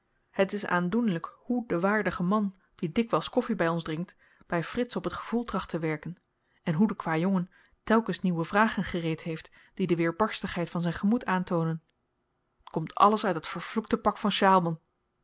het is aandoenlyk hoe de waardige man die dikwyls koffi by ons drinkt by frits op t gevoel tracht te werken en hoe de kwajongen telkens nieuwe vragen gereed heeft die de weerbarstigheid van zyn gemoed aantoonen t komt alles uit dat vervloekte pak van sjaalman